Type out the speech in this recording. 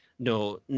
no